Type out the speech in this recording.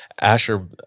Asher